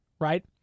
right